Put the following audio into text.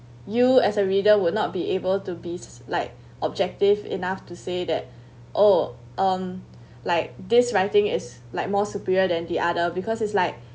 you as a reader will not be able to be like objective enough to say that oh um like this writing is like more superior than the other because is like